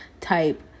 type